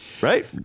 Right